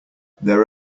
their